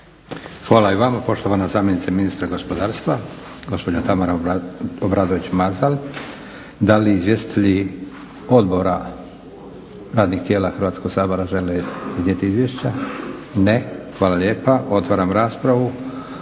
Hvala i vama poštovana zamjenice ministra gospodarstva, gospođa Tamara Obradović Mazal. Da li izvjestitelji odbora radnih tijela Hrvatskog sabora žele vidjeti izvješća? Ne. Hvala lijepa. Otvaram raspravu.